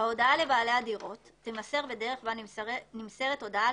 ההודעה לבעלי הדירות תימסר בדרך בה נמסרת הודעה על